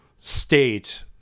state